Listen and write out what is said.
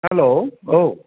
hello औ